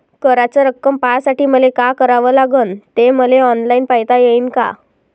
कराच रक्कम पाहासाठी मले का करावं लागन, ते मले ऑनलाईन पायता येईन का?